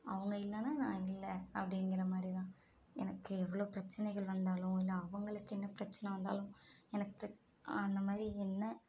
அவங்கள் இல்லைனா நான் இல்லை அப்படிங்கிற மாதிரிதான் எனக்கு எவ்வளோ பிரச்சனைகள் வந்தாலும் இல்லை அவங்களுக்கு என்ன பிரச்சனை வந்தாலும் எனக்கு அந்தமாதிரி என்ன